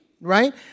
right